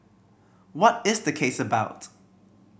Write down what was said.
what is the case about